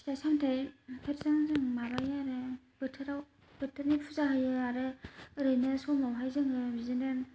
फिथाइ सामथाइ बेफोरजों जों माबायो आरो बोथोराव बोथोरनि फुजा होयो आरो ओरैनो समावहाय जोङो बिदिनो